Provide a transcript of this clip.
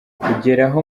kugeraho